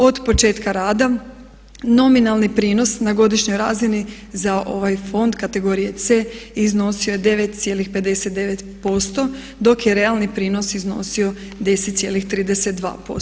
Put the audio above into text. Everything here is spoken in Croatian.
Od početka rada nominalni prinos na godišnjoj razini za ovaj fond kategorije C iznosio je 9,59% dok je realni prinos iznosio 10,32%